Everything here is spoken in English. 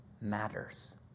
matters